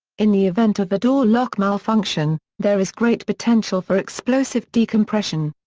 in the event of a door lock malfunction, there is great potential for explosive decompression.